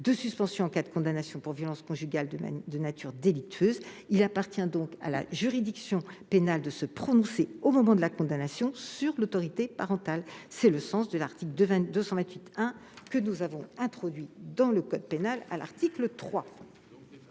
de suspension particulier en cas de condamnation pour violences conjugales de nature délictueuse. Il appartient donc à la juridiction pénale de se prononcer, au moment de la condamnation, sur l'autorité parentale. C'est le sens de l'article 228-1 que nous avons introduit dans le code pénal au travers